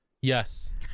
Yes